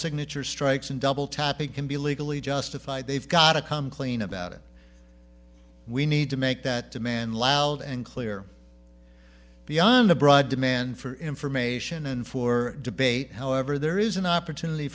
signature strikes and double tap it can be legally justified they've gotta come clean about it we need to make that demand loud and clear beyond a broad demand for information and for debate however there is an opportunity